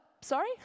sorry